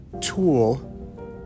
tool